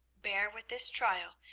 bear with this trial,